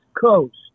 coast